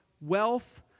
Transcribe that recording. wealth